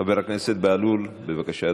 חבר הכנסת בהלול, בבקשה,